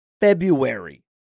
February